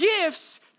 gifts